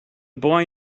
boy